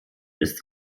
ist